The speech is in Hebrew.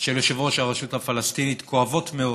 של יושב-ראש הרשות הפלסטינית, כואבות מאוד.